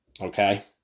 okay